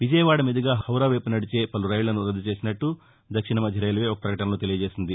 విజయవాడ మీదుగా హౌరా వైపు నడిచే పలు రైళ్ళను రద్దు చేసినట్లు దక్షిణమధ్య రైల్వే ఒక ప్రకటనలో తెలియజేసింది